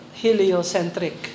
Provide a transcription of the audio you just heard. heliocentric